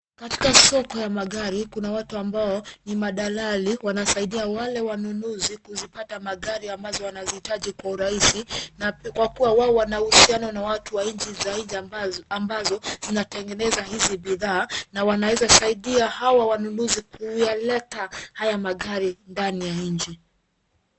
Katika soko ya magari kuna watu ambao ni madalali wanasaidia wale wanunuzi kuzipata magari ambazo wanazihitaji kwa urahisi kwa kuwa wao wana uhusiano na watu wa nchi za nje ambazo zinatengeneza hizi bidhaa na wanaweza saidia hawa wanunuzi kuyaleta haya magari ndani ya nchi.